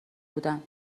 بودم